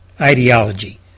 ideology